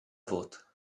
vote